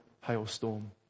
hailstorm